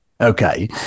okay